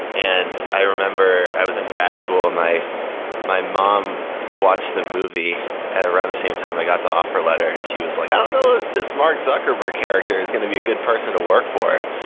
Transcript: and i remember i was in grad school and my mom watched the movie at around the same time i got the offer letter and she was like, i don't know if this mark zuckerberg character is going to be a good person to work for.